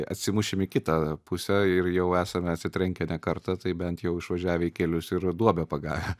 atsimušim į kitą pusę ir jau esame atsitrenkę ne kartą tai bent jau išvažiavę į kelius ir duobę pagavę